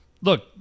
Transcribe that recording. Look